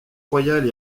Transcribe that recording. royale